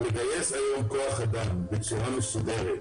לגייס היום כוח אדם חדש בצורה מסודרת,